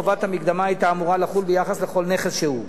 חובת המקדמה היתה אמורה לחול ביחס לכל נכס שהוא.